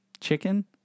Chicken